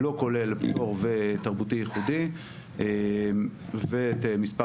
לא כולל פטור ותרבותי ייחודי ואת מספר